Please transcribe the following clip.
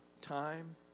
time